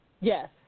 Yes